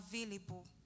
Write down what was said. available